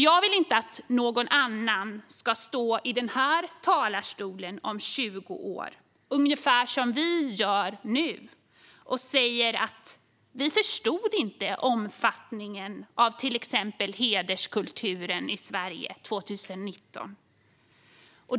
Jag vill inte att någon annan ska stå i den här talarstolen om 20 år, ungefär som vi gör nu, och säga att vi inte förstod omfattningen av till exempel hederskulturen i Sverige 2019.